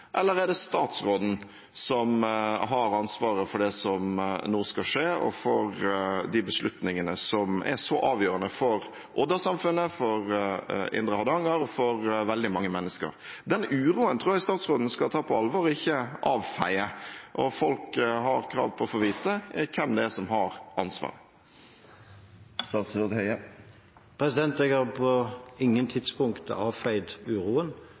eller er det statsråden som har ansvaret for det som nå skal skje, og for de beslutningene som er så avgjørende for Odda-samfunnet, for indre Hardanger og for veldig mange mennesker? Den uroen tror jeg statsråden skal ta på alvor og ikke avfeie. Folk har krav på å få vite hvem det er som har ansvar. Jeg har ikke på noe tidspunkt avfeid uroen.